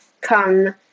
come